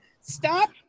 Stop